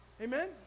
Amen